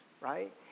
Right